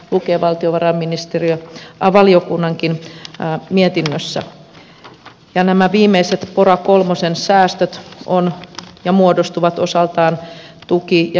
näin lukee valtiovarainvaliokunnankin mietinnössä ja nämä viimeiset pora kolmosen säästöt muodostuvat osaltaan tuki ja johtotehtävien kokonaisuudesta